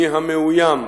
מי המאוים,